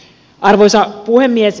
arvoisa puhemies